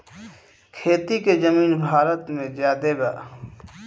खेती के जमीन भारत मे ज्यादे बा